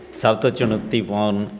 ਸਭ ਤੋਂ ਚੁਣੌਤੀਪੂਰਨ